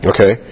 Okay